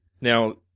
Now